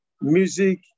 music